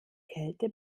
kälte